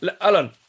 Alan